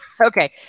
Okay